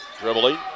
Dribbling